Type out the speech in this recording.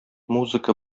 музыка